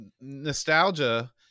nostalgia